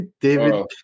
David